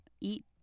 eat